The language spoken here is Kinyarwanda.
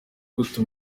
gute